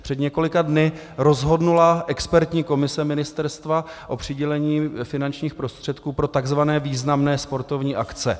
Před několika dny rozhodla expertní komise Ministerstva o přidělení finančních prostředků pro takzvané významné sportovní akce.